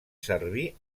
servir